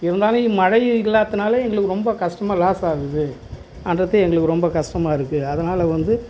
இருந்தாலும் மழையே இல்லாத்துனால் எங்களுக்கு ரொம்ப கஷ்டமா லாஸ் ஆகுதுன்றது எங்களுக்கு ரொம்ப கஷ்டமா இருக்குது அதனால வந்து